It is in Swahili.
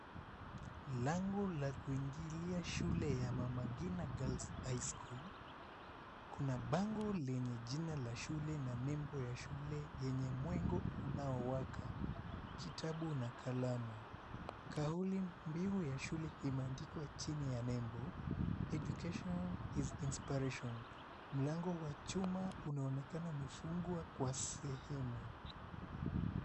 Lango la kuingilia shule ya, Mama Ngina Girls High School. Kuna bango lenye jina la shule na nembo ya shule yenye mwengo unaowaka, kitabu na kalamu. Kauli mbiu ya shule imeandikwa chini ya nembo, Education is Inspiration. Mlango wa chuma unaonekana umefungwa kwa sehemu.